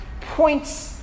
points